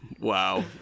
Wow